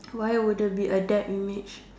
why would there be a depth image